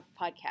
podcast